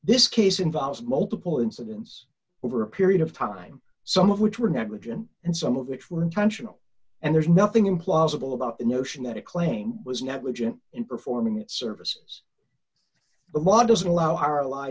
this case involves multiple incidents over a period of time some of which were negligent and some of which were intentional and there's nothing implausible about the notion that a claim was negligent in performing its services but why doesn't allow our ally